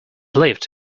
lived